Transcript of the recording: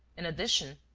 in addition,